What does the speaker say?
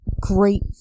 great